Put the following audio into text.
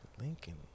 Lincoln